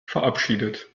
verabschiedet